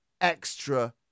extra